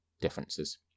differences